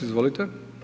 Izvolite.